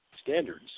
standards